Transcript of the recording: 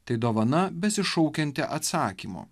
tai dovana besišaukianti atsakymo